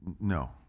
no